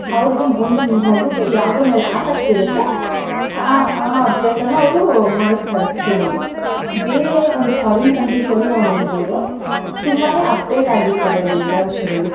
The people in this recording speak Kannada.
ಅವ್ರ್ಗೆ ಒಂದು ಮಗುಗೆ ಯಾವುದ್ರ ಮೇಲೆ ಆಸಕ್ತಿ ಇರುತ್ತೆ ಆ ಆ ಅಭ್ಯಾಸನ ಅವರು ಮಾಡಿಸ್ತಾರೆ ಸ್ಕೂಲಲ್ಲಿ ಬೇರೆ ಒಂದು ಫಾರಿನ್ ಕಂಟ್ರೀಸಲ್ಲಿ ನಾವು ನೋಡಬೌದು ತುಂಬಾನೆ ಅಪ್ಡೇಟ್ ಆಗಿರ್ತಾರೆ ಅಲ್ಲಿ ಎಲ್ಲ ವಿಷಯದಲ್ಲೂ